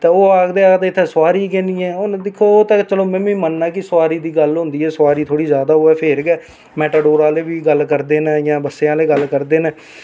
ते ओह् आक्खदे आक्खदे इत्थें सोआरी गै निं ऐ ते ओह् ते चलो में बी मनना कि सोआरी दी गल्ल होंदी ऐ सोआरी थोह्ड़ी ज्यादा होऐ ते फ्ही बी मैटाडोरा आह्ले गल्ल करदे न जां बस्से आह्ले गल्ल करदे न